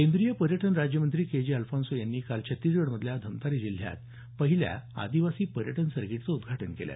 केंद्रीय पर्यटन राज्यमंत्री के जे अल्फान्सो यांनी काल छत्तीसगडमधल्या धमतारी जिल्ह्यात पहिल्या आदिवासी पर्यटन सर्कीटचं उदघाटन केलं